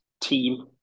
team